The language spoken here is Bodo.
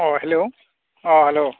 uh hello uh hello